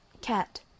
Cat